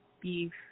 beef